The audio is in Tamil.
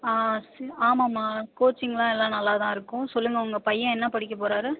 ஆ ஆமாம்மா கோச்சிங்லாம் எல்லாம் நல்லா தான் இருக்கும் சொல்லுங்கள் உங்கள் பையன் என்ன படிக்கப் போகிறாரு